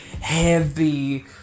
heavy